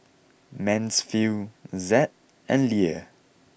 Mansfield Zed and Leah